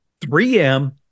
3M